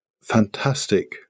fantastic